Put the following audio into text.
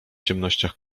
ciemnościach